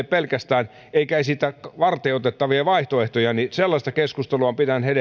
pelkästään arvostelee eikä esitä varteenotettavia vaihtoehtoja niin sellaista keskustelua pidän